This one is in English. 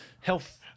health